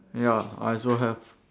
ya I also have